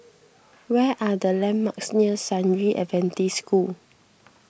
where are the landmarks near San Yu Adventist School